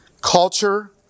Culture